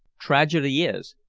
tragedy is,